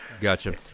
Gotcha